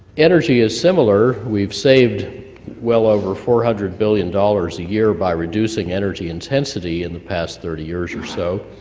energy is similar we've saved well over four hundred billion dollars a year by reducing energy intensity in the past thirty years or so,